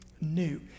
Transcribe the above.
new